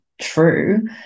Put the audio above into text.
true